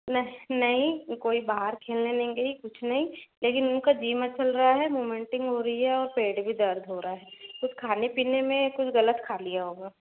नहीं कोई बाहर खेलने नहीं गयी कुछ नहीं लेकिन उनका जी मचल रहा है वोमिटिंग हो रही है और पेट भी दर्द कर रहा है कुछ खाने पीने में कुछ गलत खा लिया होगा